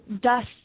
dust